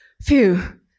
Phew